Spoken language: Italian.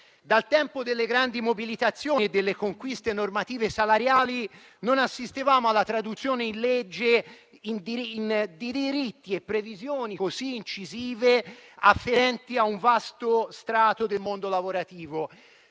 Dal tempo delle grandi mobilitazioni e delle conquiste normative e salariali non assistevamo alla traduzione in legge di diritti e previsioni così incisivi afferenti a un vasto strato del mondo lavorativo.